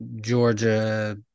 Georgia